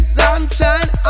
sunshine